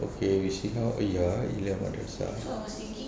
okay we see how !aiya! ilan madrasah